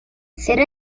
será